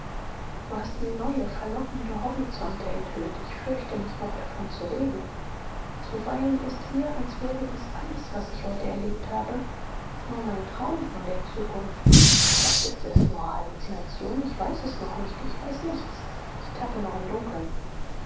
du hast mir neue verlockende horizonte enthüllt ich fürchte mich noch davon zu reden zuweilen ist mir als wäre dies alles was ich heute erlebt habe nur mein traum von der zukunft vielleicht ist es nur halluzination ich weiß es noch nicht ich weiß nichts ich tappe noch im dunkeln